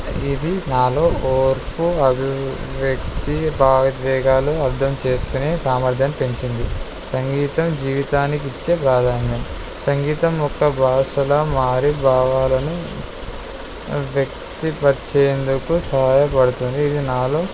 ఇది నాలో ఓర్పు అభివ్యక్తి భావిద్వేగాలు అర్థం చేసుకునే సామర్థ్యం పెంచింది సంగీతం జీవితానికి ఇచ్చే ప్రాధాన్యం సంగీతం ఒక భాషల మారే భావాలను వ్యక్తిపచేందుకు సహాయపడుతుంది ఇది నాలో